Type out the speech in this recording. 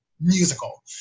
musical